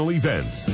events